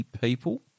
people